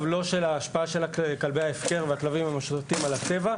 - לא של ההשפעה של כלבי ההפקר והכלבים המשוטטים על הטבע,